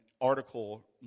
article